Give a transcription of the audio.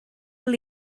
eich